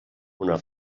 una